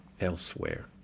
elsewhere